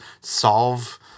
solve